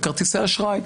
של כרטיסי אשראי.